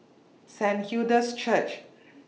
Saint Hilda's Church